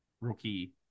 rookie